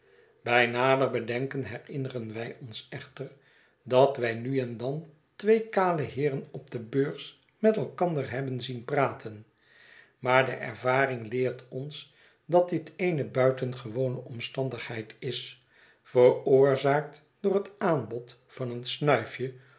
bij naderbedenkenherinneren wij ons echter dat wij nu en dan twee kale heeren op de beurs met elkander hebben zien praten maar de ervaring leert ons dat dit eene buitengewone omstahdigheid is veroorzaakt door het aanbod van een snuifje